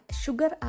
sugar